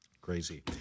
Crazy